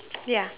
ya